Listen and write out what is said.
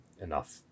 enough